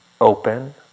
open